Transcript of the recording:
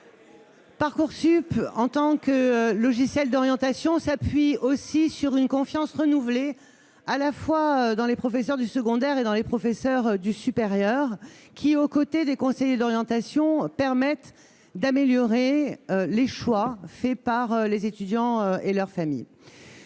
Parcoursup, en tant que logiciel d'orientation, s'appuie aussi sur une confiance renouvelée à la fois dans les professeurs du secondaire et dans les professeurs du supérieur, qui, au côté des conseillers d'orientation, permettent d'améliorer les choix faits par les étudiants et leurs familles.